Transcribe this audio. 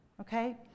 okay